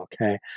Okay